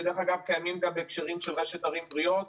שדרך אגב קיימים גם בהקשרים של רשת ערים בריאות,